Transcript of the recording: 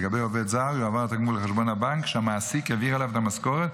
לגבי עובד זר יועבר התגמול לחשבון הבנק שהמעסיק העביר אליו את המשכורת,